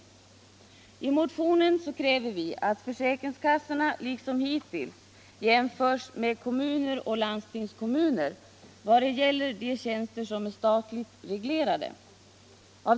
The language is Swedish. Vi kräver i den motionen att försäkringskassorna liksom hittills jämställs med kommuner och landstingskommuner vad gäller de tjänster som är statligt reglerade.